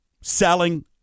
Selling